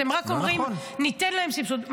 אתם רק אומרים: ניתן להם סבסוד.